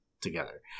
together